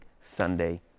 Sunday